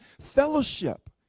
Fellowship